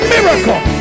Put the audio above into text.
Miracle